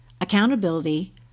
accountability